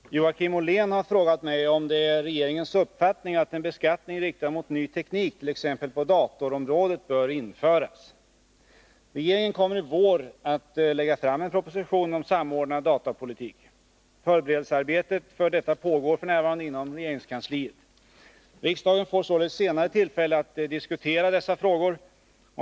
Herr talman! Joakim Ollén har frågat mig om det är regeringens uppfattning att en beskattning riktad mot ny teknik, t.ex. på datorområdet, bör införas. Regeringen kommer i vår att lägga fram en proposition om samordnad datapolitik. Förberedelsearbetet för detta pågår f. n. inom regeringskansliet. Riksdagen får således senare tillfälle att diskutera dessa frågor.